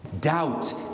Doubt